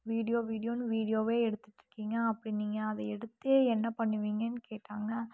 video வீடியோனு வீடியோவே எடுத்துகிட்டுருக்கீங்க அப்படி நீங்கள் அதை எடுத்து என்ன பண்ணுவீங்கன்னு கேட்டாங்க